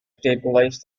stabilized